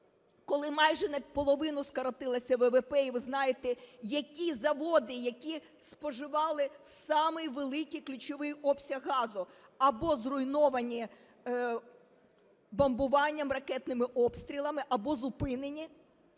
коли майже на половину скоротилося ВВП. І ви знаєте, які заводи, які споживали самий великий ключовий обсяг газу, або зруйновані бомбуванням, ракетними обстрілами, або зупинені.